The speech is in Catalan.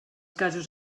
casos